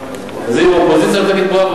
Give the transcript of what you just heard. אז אם האופוזיציה לא תגיד לך בראבו,